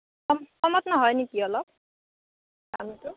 কম কমত নহয় নেকি অলপ দামটো